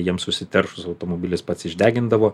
jiems užsiteršus automobilis pats išdegindavo